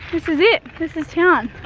this is it, this is town.